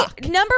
number